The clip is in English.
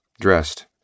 Dressed